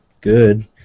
good